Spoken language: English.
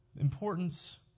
Importance